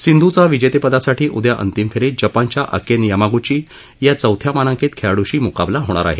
सिंधूचा विजेतेपदासाठी उद्या अंतिम फेरीत जपानच्या अकेन यामागुची या चौथ्या मानांकित खेळाडूशी मुकाबला होणार आहे